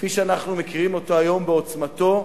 כפי שאנחנו מכירים אותו היום בעוצמתו,